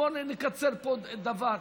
נקצר פה דבר.